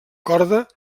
corda